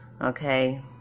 Okay